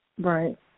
Right